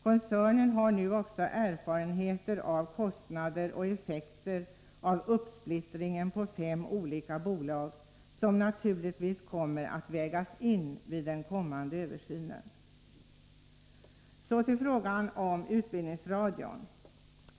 Koncernen har nu också erfarenheter av kostnader och effekter av uppsplittringen på fem olika bolag som naturligtvis kommer att vägas in vid den kommande översynen. Så till frågan om utbildningsradion.